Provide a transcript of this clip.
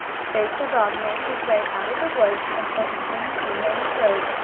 the faithful dog made his way out of the woods, until he came to the main road,